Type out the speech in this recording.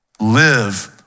live